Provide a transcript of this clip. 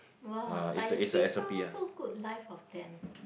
!wah! but you see so so good life of them